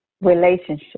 relationship